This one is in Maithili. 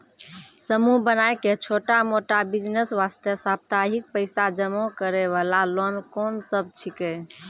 समूह बनाय के छोटा मोटा बिज़नेस वास्ते साप्ताहिक पैसा जमा करे वाला लोन कोंन सब छीके?